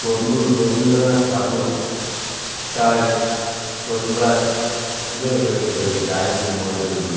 কবিগুরু রবীন্দ্রনাথ ঠাকুর তার প্রতিবাদ তুলে ধরেছিলো এই লাইনটির মধ্য দিয়ে